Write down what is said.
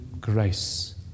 grace